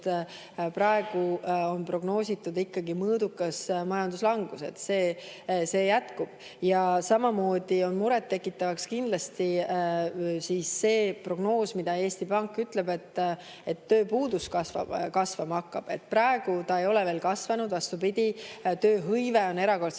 praegu prognoositud ikkagi mõõdukat majanduslangust. Ja see jätkub. Samamoodi on murettekitav kindlasti see prognoos, mida Eesti Pank ütleb, et tööpuudus hakkab kasvama. Praegu ta ei ole veel kasvanud – vastupidi, tööhõive on erakordselt